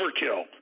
overkill